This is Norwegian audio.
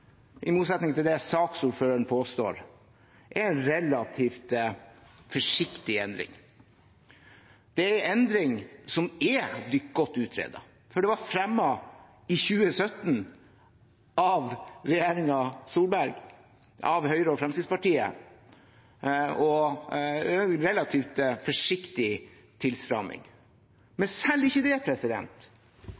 i motsetning til det saksordføreren påstår, er en relativt forsiktig endring. Det er en endring som er blitt godt utredet, for den var fremmet i 2017 av regjeringen Solberg, av Høyre og Fremskrittspartiet, og det er en relativt forsiktig